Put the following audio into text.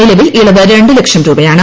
നിലവിൽ ഇളവ് രണ്ട് ലക്ഷം രൂപയാണ്